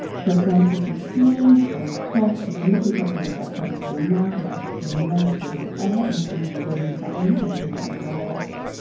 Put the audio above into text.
for example, if you sneeze or coughed and the liquid droplets that come out of your mouth and out of your nose go into the air, and if somebody breathes that in, they can get the virus.